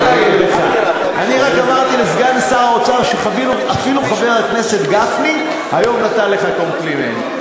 אני רק אמרתי לשר האוצר שאפילו חבר הכנסת גפני היום נתן לך קומפלימנט,